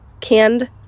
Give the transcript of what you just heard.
canned